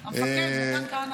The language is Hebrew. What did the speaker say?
המפקד, מתן כהנא.